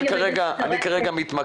אני כרגע מתמקד,